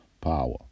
power